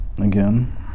again